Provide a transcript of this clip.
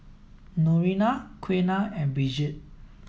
Noretta Quiana and Brigette